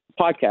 podcast